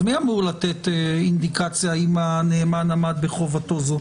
אז מי אמור לתת אינדיקציה אם הנאמן עמד בחובה הזו?